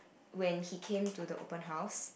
when he came to the open house